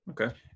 Okay